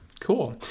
Cool